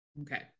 Okay